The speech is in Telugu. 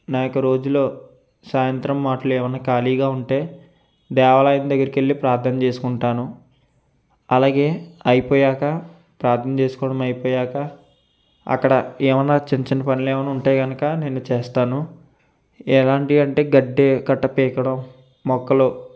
నా యొక్క రోజులో సాయంత్రం మాట్లు ఏమన్నా ఖాళీగా ఉంటే దేవాలయం దగ్గరికి వెళ్ళి ప్రార్థన చేసుకుంటాను అలాగే అయిపోయాక ప్రార్థన చేసుకోవడం అయిపోయాక అక్కడ ఏమన్నా చిన్న చిన్న పనులు ఏమైనా ఉంటే కనుక నేను చేస్తాను ఎలాంటివి అంటే గడ్డి కట్ట పీకడం మొక్కలు